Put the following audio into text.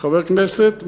חבר הכנסת,